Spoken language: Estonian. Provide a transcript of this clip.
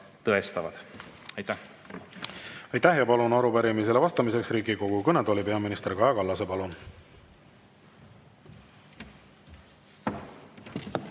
tõestavad. Aitäh! Aitäh! Ja palun arupärimisele vastamiseks Riigikogu kõnetooli peaminister Kaja Kallase. Palun!